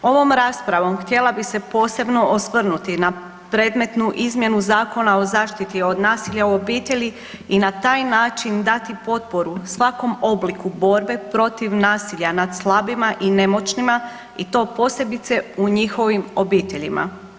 Ovom raspravom htjela bih se posebno osvrnuti na predmetnu izmjenu Zakona o zaštiti od nasilja u obitelji i na taj način dati potporu svakom obliku borbe protiv nasilja nad slabima i nemoćnima i to posebice u njihovim obiteljima.